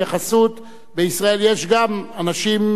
בישראל יש גם אנשים ועמים שונים.